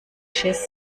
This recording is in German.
schiss